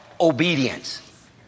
obedience